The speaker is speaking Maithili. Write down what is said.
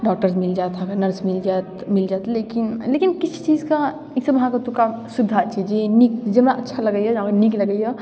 डॉक्टर मिलि जाएत अहाँके नर्स मिल जाएत मिल जाएत लेकिन लेकिन किछु चीजके ईसब अहाँके ओतुका सुविधा छी जे नीक जे हमरा अच्छा लगैए नीक लगैए